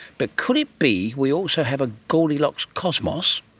but could it be we also have a goldilocks cosmos?